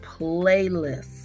playlist